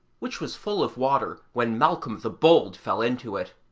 which was full of water when malcolm the bold fell into it.